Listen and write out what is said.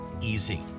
easy